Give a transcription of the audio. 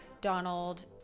donald